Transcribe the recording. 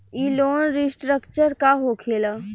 ई loan restructure का होखे ला?